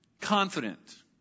confident